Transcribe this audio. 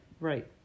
right